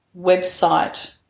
website